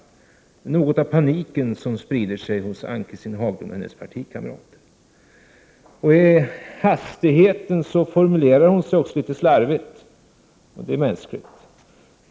Det är något av panik som sprider sig hos Ann-Cathrine Haglund och hennes partikamrater. I hastigheten formulerar hon sig också litet slarvigt — och det är mänskligt.